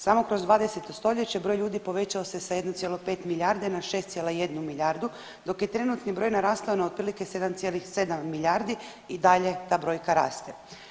Samo kroz 20. stoljeće broj ljudi povećao se sa 1,5 milijarde na 6,1 milijardu dok je trenutni broj narastao na otprilike 7,7 milijardi i dalje ta brojka raste.